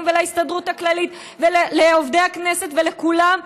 ולהסתדרות הכללית ולעובדי הכנסת ולכולם,